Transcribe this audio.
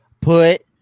Put